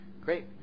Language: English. Great